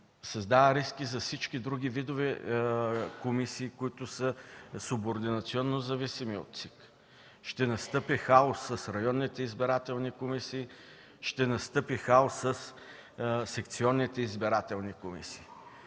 създава риск и за всички други видове комисии, които са субординационно зависими от ЦИК. Ще настъпи хаос с районните избирателни комисии, със секционните избирателни комисии.